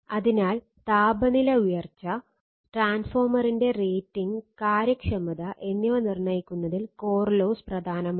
അതിനാൽ താപനില ഉയർച്ച ട്രാൻസ്ഫോർമറിന്റെ റേറ്റിംഗ് കാര്യക്ഷമത എന്നിവ നിർണ്ണയിക്കുന്നതിൽ കോർ ലോസ്സ് പ്രധാനമാണ്